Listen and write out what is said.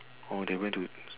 oh they went to